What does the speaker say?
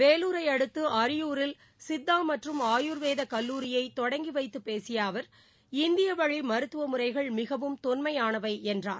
வேலூரை அடுத்து அரியூரில் சித்தா மற்றும் ஆயூர்வேத கல்லூரியை தொடங்கி வைத்து பேசிய அவர் இந்திய வழி மருத்துவமுறைகள் மிகவும் தொன்மையானவை என்றார்